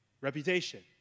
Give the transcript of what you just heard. Reputation